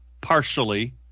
partially